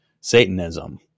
Satanism